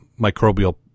microbial